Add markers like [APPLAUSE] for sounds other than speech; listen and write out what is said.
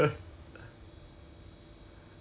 black and yellow then you get [NOISE] [LAUGHS]